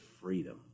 freedom